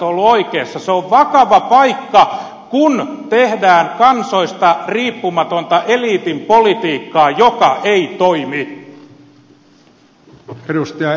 se on vakava paikka kun tehdään kansoista riippumatonta eliitin politiikkaa joka ei toimi